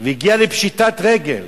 והגיעה לפשיטת רגל?